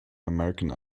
american